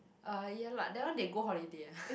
uh ya lah that one they go holiday ah